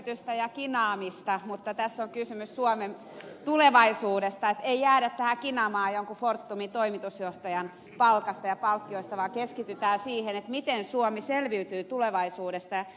elvytystä ja kinaamista mutta tässä on kysymys suomen tulevaisuudesta niin että ei jäädä tähän kinaamaan jonkun fortumin toimitusjohtajan palkasta ja palkkioista vaan keskitytään siihen miten suomi selviytyy tulevaisuudesta